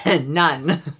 None